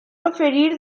oferir